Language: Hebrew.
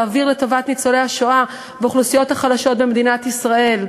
להעביר לטובת ניצולי השואה והאוכלוסיות החלשות במדינת ישראל.